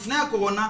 לפני הקורונה,